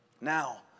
Now